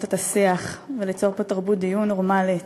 את השיח וליצור פה תרבות דיון נורמלית,